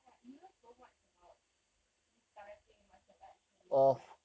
!wah! you know so much about this karate martial arts semua thingy